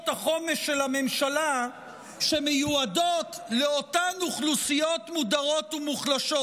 החומש של הממשלה שמיועדות לאותן אוכלוסיות מודרות ומוחלשות,